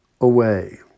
away